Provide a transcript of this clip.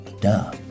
Duh